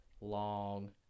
long